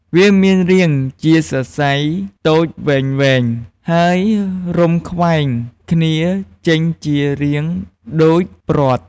វាមានរាងជាសរសៃតូចវែងៗ ហើយរុំខ្វែងគ្នាចេញជារាងដូចព្រ័ត្រ។